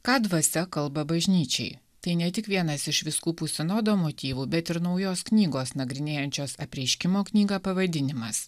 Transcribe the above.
ką dvasia kalba bažnyčiai tai ne tik vienas iš vyskupų sinodo motyvų bet ir naujos knygos nagrinėjančios apreiškimo knygą pavadinimas